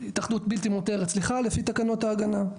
התאחדות בלתי מותרת סליחה לפי תקנות ההגנה.